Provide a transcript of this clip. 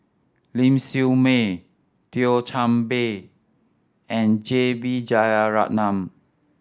Ling Siew May Thio Chan Bee and J B Jeyaretnam